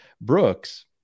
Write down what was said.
Brooks